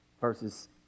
versus